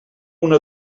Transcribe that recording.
una